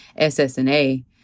SSNA